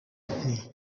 nti